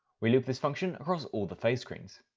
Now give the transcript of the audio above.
we loop this function across all the phase screens.